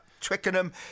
twickenham